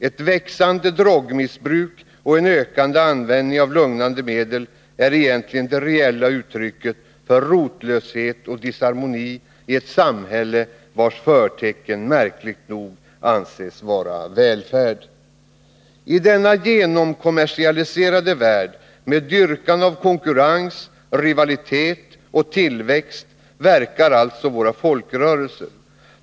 Ett växande drogmissbruk och en ökande användning av lugnande medel är egentligen det reella uttrycket för rotlöshet och disharmoni i ett samhälle vars kännetecken märkligt nog anses vara välfärden. I denna genomkommersialiserade värld, med dyrkan av konkurrens, rivalitet och tillväxt, verkar alltså våra folkrörelser.